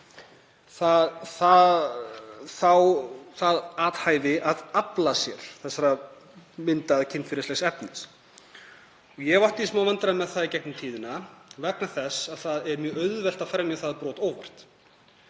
það athæfi að afla sér þessara mynda eða þessa kynferðislega efnis. Ég hef átt í smávandræðum með það í gegnum tíðina vegna þess að það er mjög auðvelt að fremja það brot óvart.